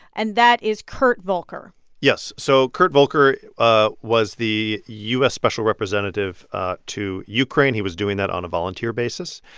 and that is kurt volker yes. so kurt volker ah was the u s. special representative to ukraine. he was doing that on a volunteer basis.